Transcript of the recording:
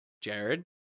jared